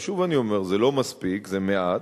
ושוב אני אומר, זה לא מספיק, זה מעט,